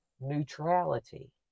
neutrality